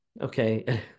okay